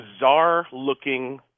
bizarre-looking